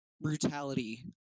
brutality